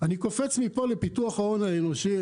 אני קופץ מפה לפיתוח ההון האנושי.